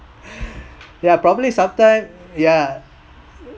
ya probably sometime ya